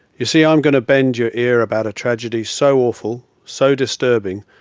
you see i'm going to bend your ear about a tragedy so awful, so disturbing,